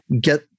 get